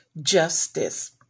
justice